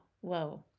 whoa